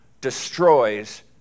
destroys